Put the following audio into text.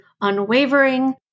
unwavering